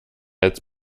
als